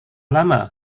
lama